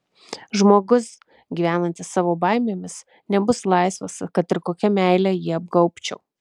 žmogus gyvenantis savo baimėmis nebus laisvas kad ir kokia meile jį apgaubčiau